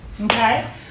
okay